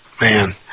Man